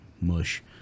mush